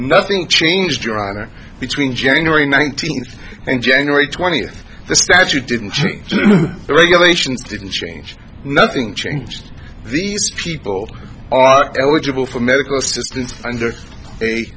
nothing changed your honor between january nineteenth and january twentieth the statute didn't change the regulations didn't change nothing changed these people are eligible for medical assistance under